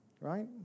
right